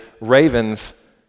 ravens